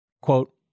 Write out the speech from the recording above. Quote